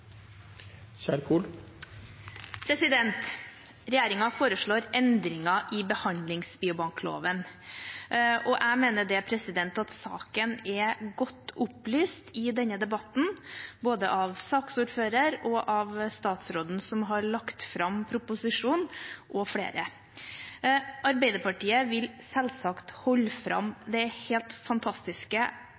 godt opplyst i denne debatten av både saksordføreren, statsråden som har lagt fram proposisjonen, og flere. Arbeiderpartiet vil selvsagt holde fram det helt fantastiske,